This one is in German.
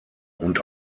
und